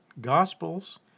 Gospels